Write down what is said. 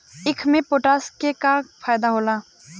ईख मे पोटास के का फायदा होला?